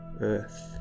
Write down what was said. earth